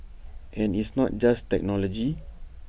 and it's not just technology